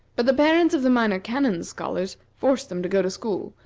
but the parents of the minor canon's scholars forced them to go to school,